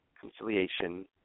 conciliation